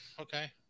Okay